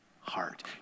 heart